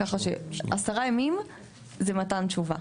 כך ש-10 ימים זה מתן תשובה.